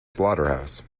slaughterhouse